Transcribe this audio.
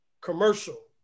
commercial